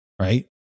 right